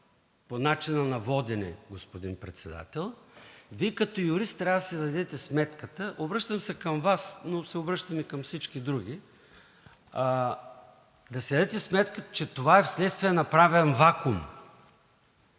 по начина на водене, господин Председател, Вие като юрист трябва да си дадете сметката – обръщам се към Вас, но се обръщам и към всички други, да си дадете сметката, че това е вследствие на правен вакуум.